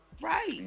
Right